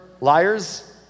liars